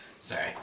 Sorry